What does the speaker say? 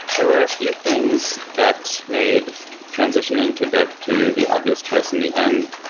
there were a few things that made transitioning to dev to the obvious choice in the end.